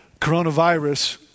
coronavirus